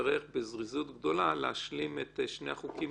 תצטרך בזריזות גדולה להשלים את שני החוקים